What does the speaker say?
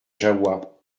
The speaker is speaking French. jahoua